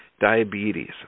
diabetes